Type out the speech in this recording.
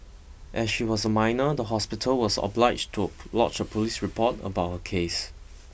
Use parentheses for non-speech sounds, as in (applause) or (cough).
as she was a minor the hospital was obliged to (unintelligible) lodge a police report about her case